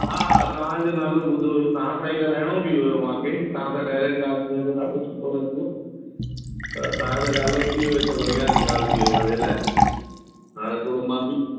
हा तव्हां जो नालो ॿुधो हुयो तव्हां सां ई ॻाल्हाइणो बि हुयो मूंखे कि तव्हां सां डाराएक्ट ॻाल्हि थी वञे त ॾाढो सुठो लघंदो त तव्हां सां ॻाल्हायो थी वियो त हीउ बढ़िया ॻाल्हि थी वई मुंहिंजे लाइ हाणे थोरो मां बि